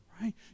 Right